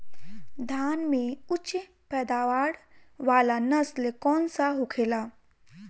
धान में उच्च पैदावार वाला नस्ल कौन सा होखेला?